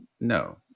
no